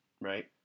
right